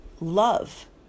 love